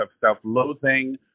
self-loathing